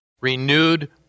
renewed